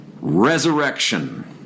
Resurrection